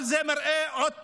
אבל זה מראה, עוד פעם,